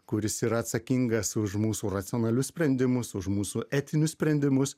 kuris yra atsakingas už mūsų racionalius sprendimus už mūsų etinius sprendimus